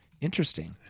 Interesting